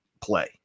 play